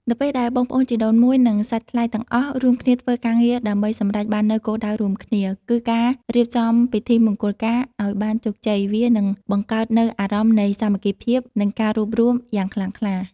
នៅពេលដែលបងប្អូនជីដូនមួយ និងសាច់ថ្លៃទាំងអស់រួមគ្នាធ្វើការងារដើម្បីសម្រេចបាននូវគោលដៅរួមមួយ គឺការរៀបចំពិធីមង្គលការឱ្យបានជោគជ័យ វានឹងបង្កើតនូវអារម្មណ៍នៃ សាមគ្គីភាព និងការរួបរួម យ៉ាងខ្លាំងក្លា។